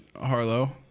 Harlow